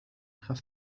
have